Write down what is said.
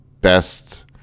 best